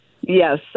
Yes